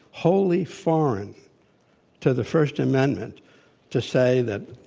wholly foreign to the first amendment to say that,